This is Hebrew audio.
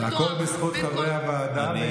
הכול בזכות חברי הוועדה,